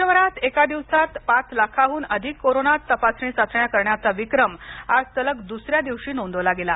देशभरात एका दिवसात पाच लाखांहून अधिक कोरोना तपासणी चाचण्या करण्याचा विक्रम आज सलग दुसऱ्या दिवशी नोंदवला गेला